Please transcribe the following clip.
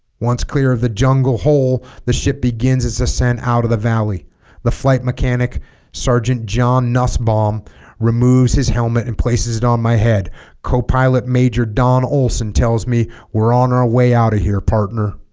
once clear of the jungle hole the ship begins its ascent out of the valley the flight mechanic sergeant john nussbaum removes his helmet and places it on my head co-pilot major don olson tells me we're on our way out of here partner